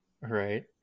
Right